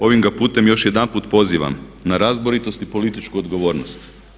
Ovim ga putem još jedanput pozivam na razboritost i političku odgovornost.